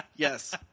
Yes